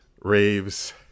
raves